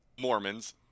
mormons